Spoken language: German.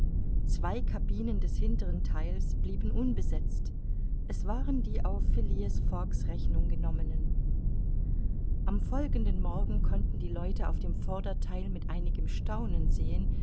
zwei cabinen des hintern theiles blieben unbesetzt es waren die auf phileas fogg's rechnung genommenen am folgenden morgen konnten die leute auf dem vordertheil mit einigem staunen sehen